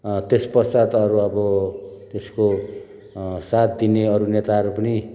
त्यस पश्चात अरू अब त्यसको साथ दिने अरू नेताहरू पनि